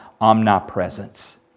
omnipresence